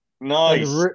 Nice